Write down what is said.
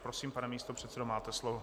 Prosím, pane místopředsedo, máte slovo.